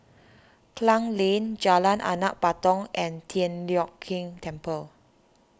Klang Lane Jalan Anak Patong and Tian Leong Keng Temple